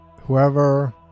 whoever